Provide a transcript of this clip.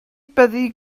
byddi